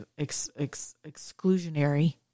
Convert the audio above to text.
exclusionary